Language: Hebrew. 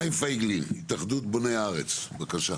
חיים פייגלין, התאחדו בוני הארץ, בבקשה.